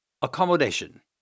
Accommodation